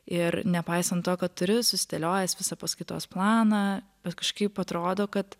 ir nepaisant to kad turi susidėliojęs visą paskaitos planą bet kažkaip atrodo kad